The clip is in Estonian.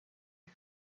ehk